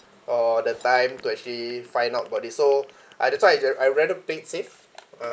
or the time to actually find out about this so I that's why I ju~ I rather play safe uh